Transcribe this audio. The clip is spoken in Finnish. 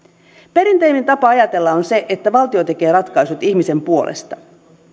perinteinen tapa ajatella on se että valtio tekee ratkaisut ihmisen puolesta